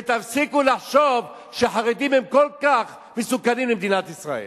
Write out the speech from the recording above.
ותפסיקו לחשוב שחרדים הם כל כך מסוכנים למדינת ישראל.